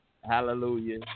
hallelujah